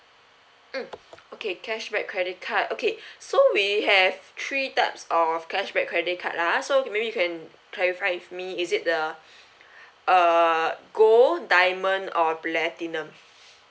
mm okay cashback credit card okay so we have three types of cashback credit card lah ah so maybe you can clarify with me is it a'ah uh gold diamond or platinum